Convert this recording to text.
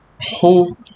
whole